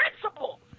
principle